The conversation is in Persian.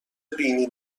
بینی